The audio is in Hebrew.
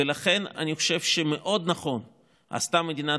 ולכן אני חושב שמאוד נכון עשתה מדינת